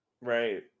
Right